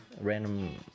random